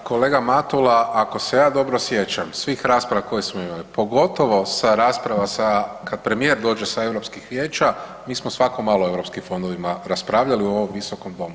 Pa kolega Matula ako se ja dobro sjećam svih rasprava koje smo imali, pogotovo sa raspravama kad premijer dođe sa europskih vijeća, mi smo svako malo o eu fondovima raspravljali u ovom Visokom domu.